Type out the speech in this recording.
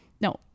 no